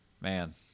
man